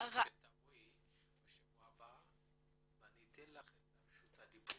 שתבואי בשבוע הבא לדיון ואתן לך את רשות הדיבור.